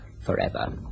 forever